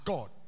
God